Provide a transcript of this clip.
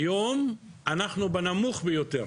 היום אנחנו בנמוך ביותר.